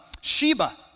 Sheba